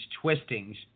twistings